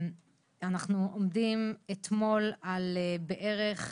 אנחנו עומדים אתמול על בערך,